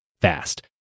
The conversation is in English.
fast